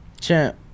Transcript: Champ